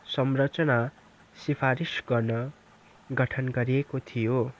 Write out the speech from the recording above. संरचना सिफारिस गर्न गठन गरिएको थियो